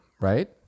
right